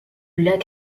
lac